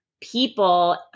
people